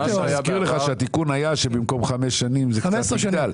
אני מזכיר לך שהתיקון היה שבמקום חמש שנים זה קצת יגדל.